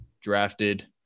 drafted